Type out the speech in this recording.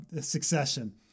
succession